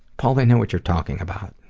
paul they know what you're talking about!